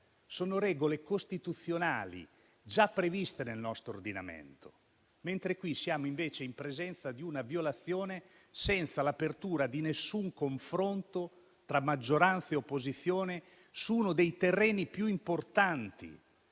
Sono regole costituzionali già previste nel nostro ordinamento, mentre in questo caso siamo in presenza di una violazione senza l'apertura di nessun confronto tra maggioranza e opposizione su uno dei terreni più importanti,